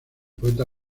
poeta